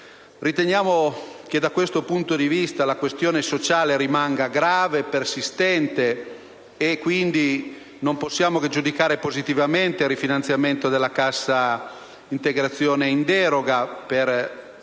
Riteniamo che, da questo punto di vista, la questione sociale rimanga grave e persistente, e quindi non possiamo che giudicare positivamente il rifinanziamento della cassa integrazione in deroga per 500